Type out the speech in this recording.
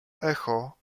echo